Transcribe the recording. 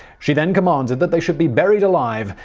she then commanded that they should be buried alive,